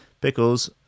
Pickles